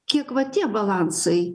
kiek va tie balansai